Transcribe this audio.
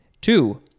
Two